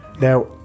Now